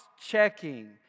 checking